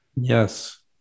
Yes